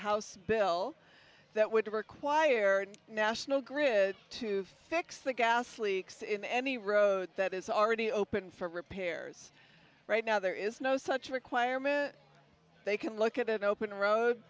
house bill that would require a national grid to fix the gas leaks in any road that is already open for repairs right now there is no such requirement they can look at an open road